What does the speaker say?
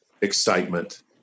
excitement